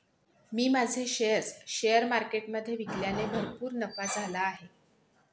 मी माझे shares share मार्केटमधे विकल्याने भरपूर नफा झाला आहे